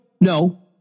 no